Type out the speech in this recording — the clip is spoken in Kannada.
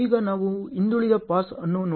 ಈಗ ನಾವು ಹಿಂದುಳಿದ ಪಾಸ್ ಅನ್ನು ನೋಡೋಣ